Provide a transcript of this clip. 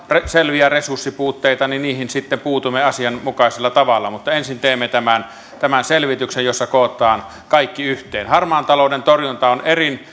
selviä resurssipuutteita niin niihin sitten puutumme asianmukaisella tavalla mutta ensin teemme tämän tämän selvityksen jossa kootaan kaikki yhteen harmaan talouden torjunta on